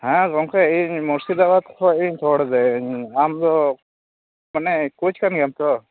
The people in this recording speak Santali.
ᱦᱮᱸ ᱜᱚᱝᱠᱮ ᱤᱧ ᱢᱩᱨᱥᱤᱫᱟᱵᱟᱫᱽ ᱠᱷᱚᱱᱤᱧ ᱨᱚᱲ ᱮᱫᱟᱹᱧ ᱟᱢᱫᱚ ᱢᱟᱱᱮ ᱠᱳᱪ ᱠᱟᱱ ᱜᱮᱭᱟᱢ ᱛᱚ